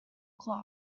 cloth